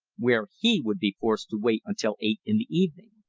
where he would be forced to wait until eight in the evening.